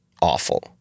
awful